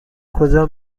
کجا